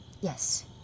Yes